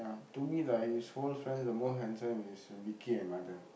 to me like his whole friends the most handsome is Vicky and Mathan